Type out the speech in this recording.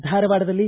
ಧಾರವಾಡದಲ್ಲಿ